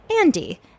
Andy